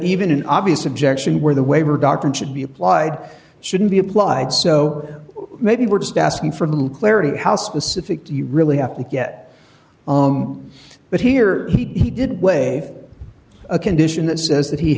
even an obvious objection where the waiver doctrine should be applied shouldn't be applied so maybe we're just asking for a little clarity how specific do you really have to get but here he did weigh a condition that says that he